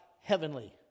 heavenly